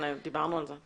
דיברנו על זה.